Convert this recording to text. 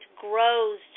grows